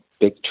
big